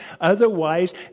Otherwise